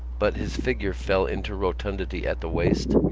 but his figure fell into rotundity at the waist,